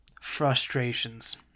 frustrations